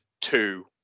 two